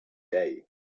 day